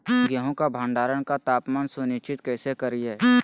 गेहूं का भंडारण का तापमान सुनिश्चित कैसे करिये?